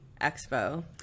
Expo